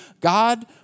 God